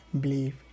believe